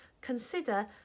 consider